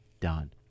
done